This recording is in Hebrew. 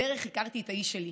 בדרך הכרתי את האיש שלי,